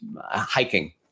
hiking